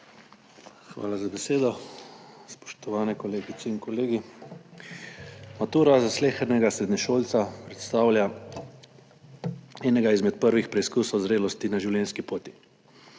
Hvala za besedo. Spoštovane kolegice in kolegi! Matura za slehernega srednješolca predstavlja enega izmed prvih preizkusov zrelosti na življenjski poti.